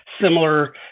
similar